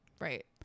right